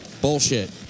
bullshit